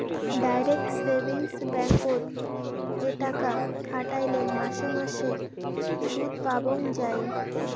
direct savings ব্যাঙ্ককোত এ টাকা খাটাইলে মাসে মাসে সুদপাবঙ্গ যাই